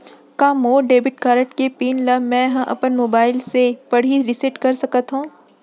का मोर debit card के पिन ल मैं ह अपन मोबाइल से पड़ही रिसेट कर सकत हो?